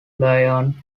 leone